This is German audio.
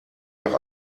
nach